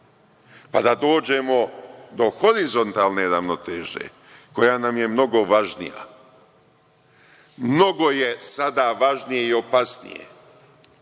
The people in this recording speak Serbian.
Pa, da dođemo do horizontalne ravnoteže koja nam je mnogo važnija. Mnogo je sada važnije i opasnije